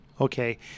Okay